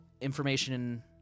information